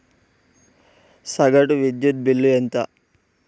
సగటు విద్యుత్ బిల్లు ఎంత?